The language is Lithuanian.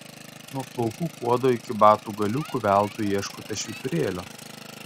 nuo plaukų kuodo iki batų galiukų veltui ieškote švyturėlio